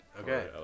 Okay